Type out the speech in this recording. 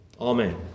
Amen